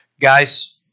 guys